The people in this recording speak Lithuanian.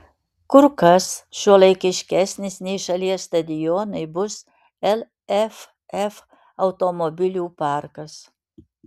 kur kas šiuolaikiškesnis nei šalies stadionai bus lff automobilių parkas